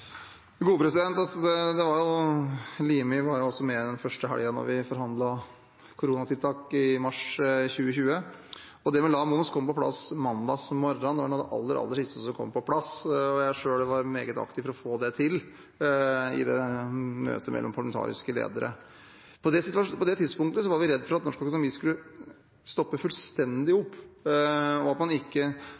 Limi var også med den første helgen da vi forhandlet koronatiltak, i mars 2020, og det med lav moms kom på plass mandag morgen. Det var noe av det aller siste som kom på plass, og jeg var selv meget aktiv for å få det til i møtet mellom de parlamentariske lederne. På det tidspunktet var vi redd for at norsk økonomi skulle stoppe fullstendig opp, at man ikke